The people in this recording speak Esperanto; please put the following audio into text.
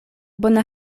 bona